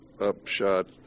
upshot